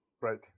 Right